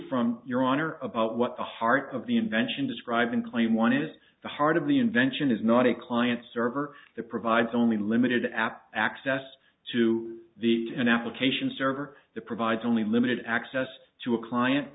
from your honor about what the heart of the invention described in claim one is the heart of the invention is not a client server that provides only limited app access to the an application server that provides only limited access to a client